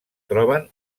troben